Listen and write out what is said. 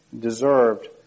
deserved